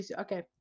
okay